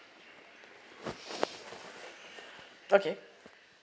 okay